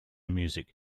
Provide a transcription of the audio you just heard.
music